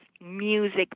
music